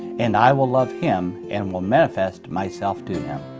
and i will love him, and will manifest myself to him.